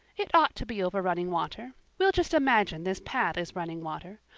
it ought to be over running water. we'll just imagine this path is running water.